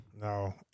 No